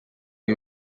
ngo